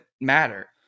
matter